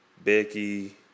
Becky